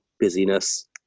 busyness